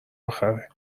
آخره